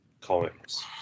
comics